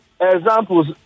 examples